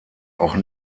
auch